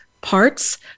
parts